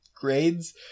grades